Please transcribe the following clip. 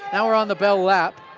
now we're on the bell lap.